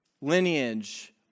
lineage